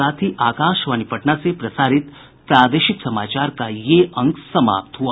इसके साथ ही आकाशवाणी पटना से प्रसारित प्रादेशिक समाचार का ये अंक समाप्त हुआ